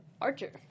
Archer